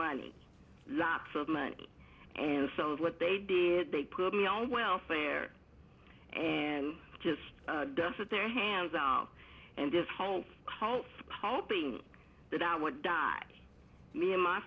money lots of money and so what they did they put me on welfare and just does it their hands are and this home cult hoping that i would die me and my